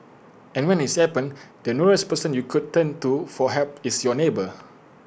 and when its happens the nearest person you could turn to for help is your neighbour